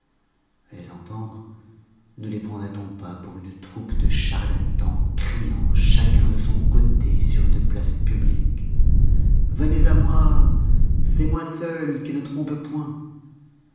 les entendre ne les prendroit on pas pour une troupe de charlatans criant chacun de son côté sur une place publique venez à moi c'est moi seul qui ne trompe point